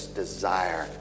desire